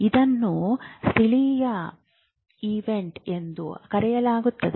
ಇದನ್ನು ಸ್ಥಳೀಯ ಈವೆಂಟ್ ಎಂದು ಕರೆಯಲಾಗುತ್ತದೆ